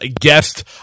guest